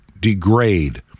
degrade